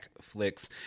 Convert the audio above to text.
flicks